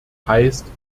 heißt